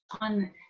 on